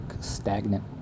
stagnant